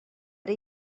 era